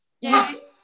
Yes